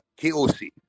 Koc